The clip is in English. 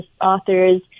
authors